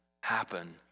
happen